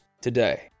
today